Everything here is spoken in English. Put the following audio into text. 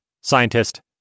scientist